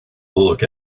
look